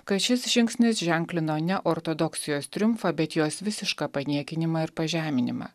kad šis žingsnis ženklino ne ortodoksijos triumfą bet jos visišką paniekinimą ir pažeminimą